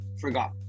forgot